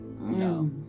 No